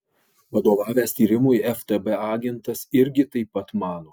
vadovavęs tyrimui ftb agentas irgi taip pat mano